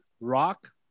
rock